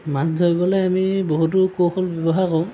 মাছ ধৰিবলৈ আমি বহুতো কৌশল ব্যৱহাৰ কৰোঁ